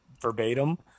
verbatim